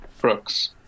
Brooks